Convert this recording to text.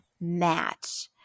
match